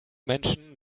menschen